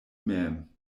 mem